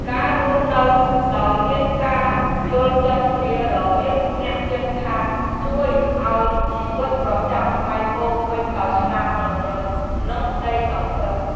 ការរស់នៅដោយមានការយល់ចិត្តគ្នារវាងអ្នកជិតខាងជួយឱ្យជីវិតប្រចាំថ្ងៃពោរពេញដោយស្នាមញញឹមនិងក្តីសង្ឃឹម។